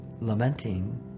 lamenting